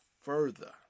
further